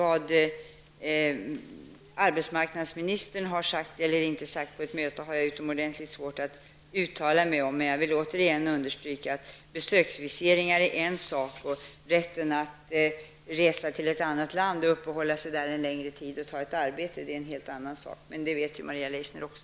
Vad arbetsmarknadsministern har sagt eller inte sagt på ett möte har jag utomordentligt svårt att uttala mig om, men jag vill återigen understryka att besöksviseringar är en sak och att rätten att resa till ett land, uppehålla sig där en längre tid och ta ett arbete är en helt annan sak. Men det vet ju också